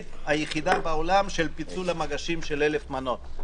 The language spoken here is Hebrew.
היחידה בעולם של פיצול המגשים של אלף מנות.